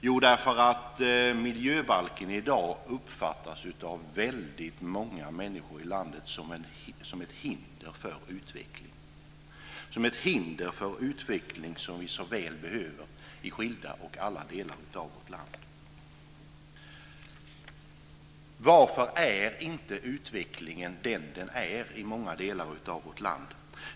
Jo, därför att miljöbalken i dag av väldigt många människor i vårt land uppfattas som ett hinder för en utveckling som vi så väl behöver i skilda - ja, i alla - delar av vårt land. Varför är inte utvecklingen vad den är i många delar av vårt land?